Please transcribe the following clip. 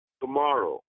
tomorrow